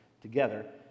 together